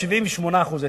78% תל"ג.